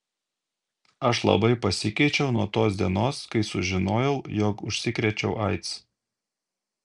aš labai pasikeičiau nuo tos dienos kai sužinojau jog užsikrėčiau aids